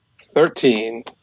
Thirteen